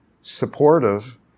supportive